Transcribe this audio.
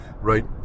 right